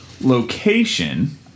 location